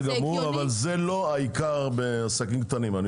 אבל זה לא העיקר בעסקים קטנים.